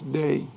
day